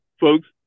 folks